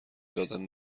دادن